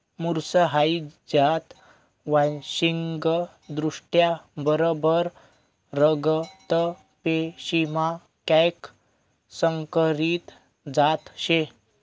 मुर्स हाई जात वांशिकदृष्ट्या बरबर रगत पेशीमा कैक संकरीत जात शे